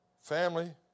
Family